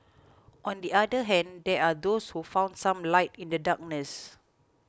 on the other hand there are those who found some light in the darkness